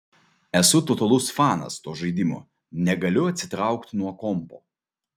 esu totalus fanas to žaidimo negaliu atsitraukt nuo kompo